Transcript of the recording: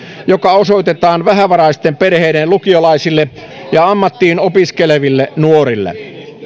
joka osoitetaan vähävaraisten perheiden lukiolaisille ja ammattiin opiskeleville nuorille